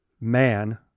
man